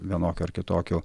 vienokių ar kitokių